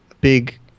big